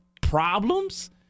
problems